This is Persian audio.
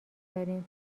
داریم